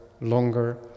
longer